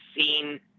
seen